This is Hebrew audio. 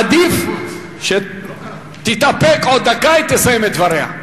עדיף שתתאפק עוד דקה, היא תסיים את דבריה.